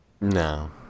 no